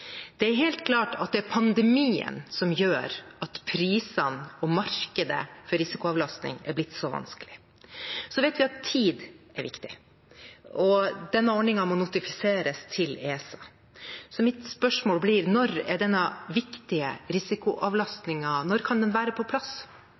Det er helt klart at det er pandemien som gjør at prisene og markedet for risikoavlastning er blitt så vanskelig. Så vet vi at tid er viktig, og denne ordningen må notifiseres til ESA. Så mitt spørsmål blir: Når kan denne viktige